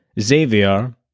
Xavier